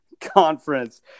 conference